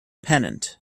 pennant